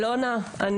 א' ו',